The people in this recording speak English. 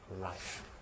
life